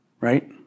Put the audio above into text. Right